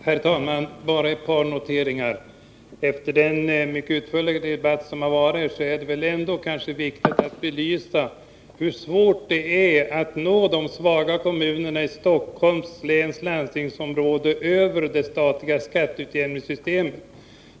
Herr talman! Bara ett par noteringar. Efter den mycket utförliga debatt som har varit är det kanske viktigt att belysa hur svårt det är att över det statliga skatteutjämningssystemet nå de svaga kommunerna i Stockholms läns landstingsområde.